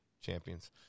champions